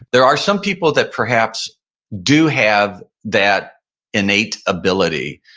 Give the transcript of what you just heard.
there are some people that perhaps do have that innate ability,